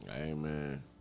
Amen